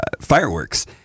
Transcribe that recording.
fireworks